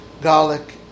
Garlic